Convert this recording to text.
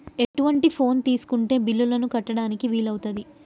ఎటువంటి ఫోన్ తీసుకుంటే బిల్లులను కట్టడానికి వీలవుతది?